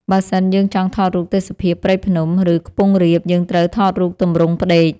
បើសិនយើងចង់ថតរូបទេសភាពព្រៃភ្នំ ឬខ្ពង់រាប យើងត្រូវថតរូបទម្រង់ផ្ដេក។